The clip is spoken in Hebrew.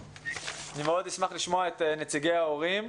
אשמח מאוד לשמוע את נציגי ההורים.